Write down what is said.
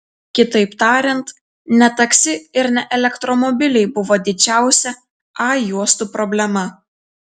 kitaip tariant ne taksi ir ne elektromobiliai buvo didžiausia a juostų problema